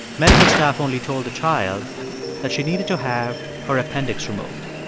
medical staff only told the child that she needed to have her appendix removed.